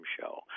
Show